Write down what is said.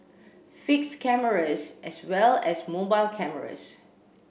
fixed cameras as well as mobile cameras